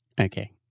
Okay